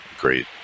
great